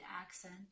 accent